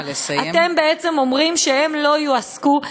אתם בעצם אומרים שהם לא יועסקו,